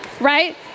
Right